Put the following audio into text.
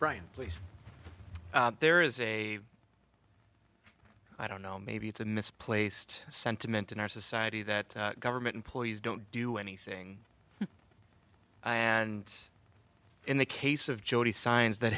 brian please there is a i don't know maybe it's a misplaced sentiment in our society that government employees don't do anything and in the case of jodie signs that